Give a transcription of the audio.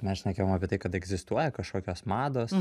mes šnekėjom apie tai kad egzistuoja kažkokios mados